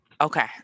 okay